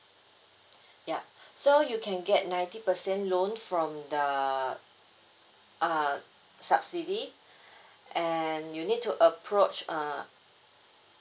ya so you can get ninety percent loan from the uh subsidy and you need to approach a